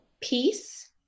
peace